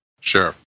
Sure